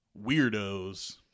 weirdos